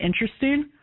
interesting